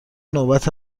نوبت